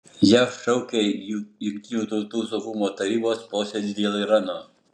jav šaukia jt saugumo tarybos posėdį dėl irano